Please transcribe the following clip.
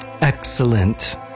Excellent